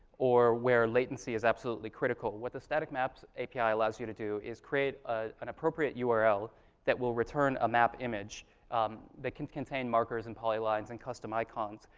or where latency is absolutely critical, what the static maps api allows you to do is create ah an appropriate url that will return a map image that can contain markers and polylines and custom icons,